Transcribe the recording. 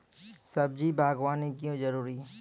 सब्जी बागवानी क्यो जरूरी?